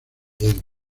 leyenda